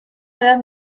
edad